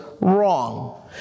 wrong